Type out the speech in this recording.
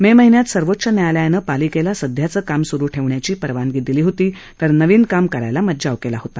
मे महिन्यात सर्वोच्च न्यायालयानं पालिकेला सध्याचं काम स्रु ठेवण्याची परवानगी दिली होती तर नवीन काम करायला मज्जाव केला होता